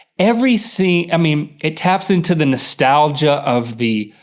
every scene, i mean, it taps into the nostalgia of the,